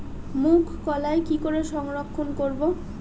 মুঘ কলাই কি করে সংরক্ষণ করব?